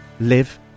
live